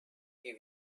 die